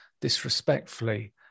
disrespectfully